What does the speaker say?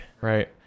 Right